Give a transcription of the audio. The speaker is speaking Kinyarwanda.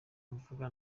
mvuga